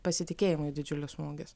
pasitikėjimui didžiulis smūgis